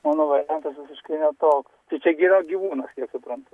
mano variantas visiškai ne toks tai čia gi yra gyvūnas kiek suprantu